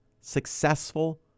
successful